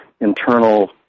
internal